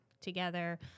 together